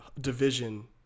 division